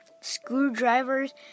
screwdrivers